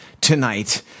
tonight